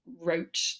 wrote